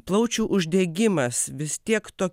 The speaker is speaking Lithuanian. plaučių uždegimas vis tiek to